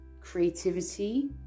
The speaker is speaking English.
creativity